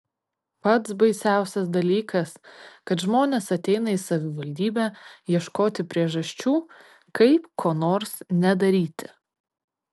pats baisiausias dalykas kad žmonės ateina į savivaldybę ieškoti priežasčių kaip ko nors nedaryti